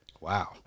Wow